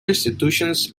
institutions